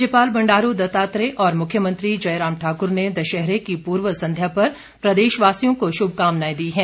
राज्यपाल बंडारू दत्तात्रेय और मुख्यमंत्री जयराम ठाकुर ने दशहरे की पूर्व संध्या पर प्रदेशवासियों को शुभकामनाएं दी है